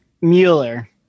Mueller